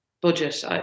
budget